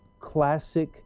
classic